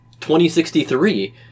2063